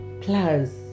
plus